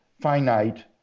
finite